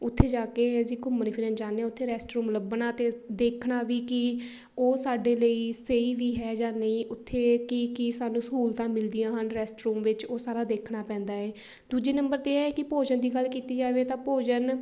ਉੱਥੇ ਜਾ ਕੇ ਅਸੀਂ ਘੁੰਮਣ ਫਿਰਨ ਜਾਂਦੇ ਹਾਂ ਉੱਥੇ ਰੈਸਟ ਰੂਮ ਲੱਭਣਾ ਅਤੇ ਦੇਖਣਾ ਵੀ ਕੀ ਉਹ ਸਾਡੇ ਲਈ ਸਹੀ ਵੀ ਹੈ ਜਾਂ ਨਹੀਂ ਉੱਥੇ ਕੀ ਕੀ ਸਾਨੂੰ ਸਹੂਲਤਾਂ ਮਿਲਦੀਆਂ ਹਨ ਰੈਸਟ ਰੂਮ ਵਿੱਚ ਉਹ ਸਾਰਾ ਦੇਖਣਾ ਪੈਂਦਾ ਹੈ ਦੂਜੇ ਨੰਬਰ 'ਤੇ ਇਹ ਹੈ ਕਿ ਭੋਜਨ ਦੀ ਗੱਲ ਕੀਤੀ ਜਾਵੇ ਤਾਂ ਭੋਜਨ